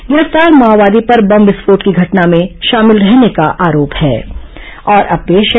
गिरफ्तार माओवादी पर बम विस्फोट की घटना में शामिल रहने का आरोप है